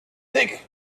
thick